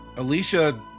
Alicia